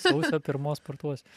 sausio pirmos sportuosiu